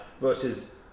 versus